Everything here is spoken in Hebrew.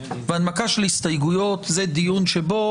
והנמקה של הסתייגויות זה דיון שבו,